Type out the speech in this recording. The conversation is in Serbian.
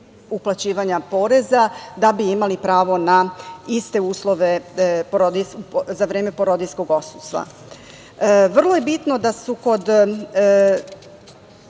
uplaćivanja poreza da bi imali pravo na iste uslove za vreme porodiljskog odsustva. Vrlo je bitno da su kod